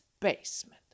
basement